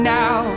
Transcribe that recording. now